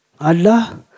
Allah